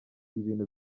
ibintu